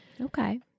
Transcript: Okay